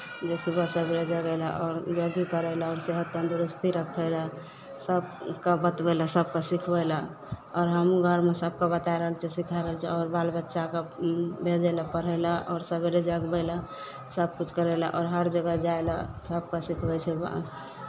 जे सुबह सवेरे जगय लेल आओर योगी करय लेल सेहत तन्दुरुस्ती रखय लेल आ सभ सभ बतबय लेल सभकेँ सिखबय लेल आओर हमहूँ घरमे सभकेँ बताय रहल छियै सिखा रहल छियै आओर बालबच्चाकेँ भेजय लेल पढ़य लेल आओर सवेरे जगबय लेल सभकिछु करय लेल आओर हरजगह जाय लेल घरपर सिखबै छियै जे